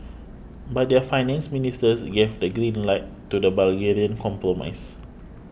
but their finance ministers gave the green light to the Bulgarian compromise